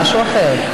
זה משהו אחר.